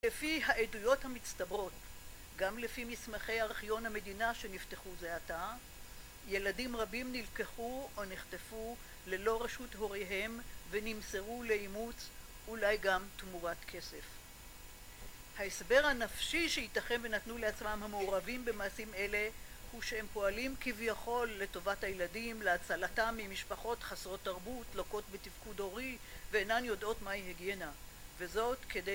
לפי העדויות המצטברות, גם לפי מסמכי ארכיון המדינה שנפתחו זה עתה, ילדים רבים נלקחו או נחטפו ללא רשות הוריהם ונמסרו לאימוץ, אולי גם תמורת כסף. ההסבר הנפשי שיתכן ונתנו לעצמם המעורבים במעשים אלה, הוא שהם פועלים כביכול לטובת הילדים, להצלתם ממשפחות חסרות תרבות, לוקות בתפקוד הורי, ואינן יודעות מהי היגינה, וזאת כדי